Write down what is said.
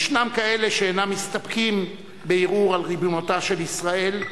ישנם כאלה שאינם מסתפקים בערעור על ריבונותה של ישראל,